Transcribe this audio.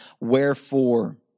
Wherefore